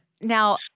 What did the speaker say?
Now